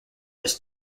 this